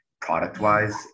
product-wise